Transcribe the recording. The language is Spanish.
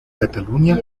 cataluña